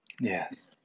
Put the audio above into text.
yes